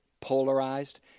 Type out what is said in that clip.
polarized